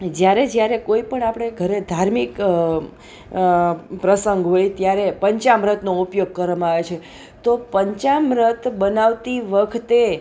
જ્યારે જ્યારે કોઈપણ આપડે ઘરે ધાર્મિક અ પ્રસંગ હોય ત્યારે પંચામૃતનો ઉપયોગ કરવામાં આવે છે તો પંચામૃત બનાવતી વખતે